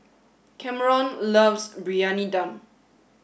Cameron loves Briyani Dum